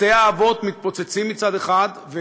בתי-האבות מתפוצצים מצד אחד,